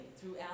throughout